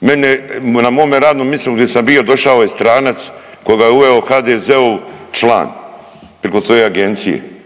mene, na mome radnom mistu gdje sam bio došao je stranac kojega je uveo HDZ-ov član preko svoje agencije.